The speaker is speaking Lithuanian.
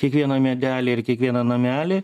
kiekvieną medelį ir kiekvieną namelį